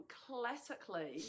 classically